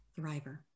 thriver